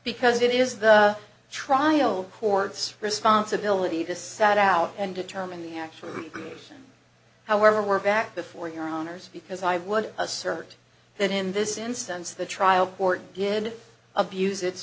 because it is the trial court's responsibility to set out and determine the actual immigration however we're back before your honor's because i would assert that in this instance the trial court did abuse it